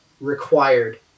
required